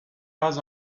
pas